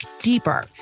deeper